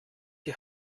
die